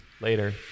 Later